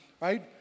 right